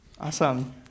Awesome